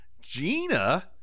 Gina